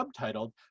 subtitled